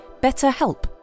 BetterHelp